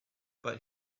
but